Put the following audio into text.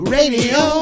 Radio